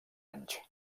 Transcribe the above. anys